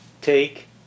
take